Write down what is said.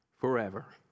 forever